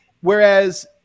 whereas